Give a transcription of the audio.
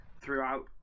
throughout